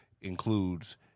includes